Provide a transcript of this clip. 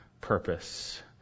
purpose